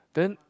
then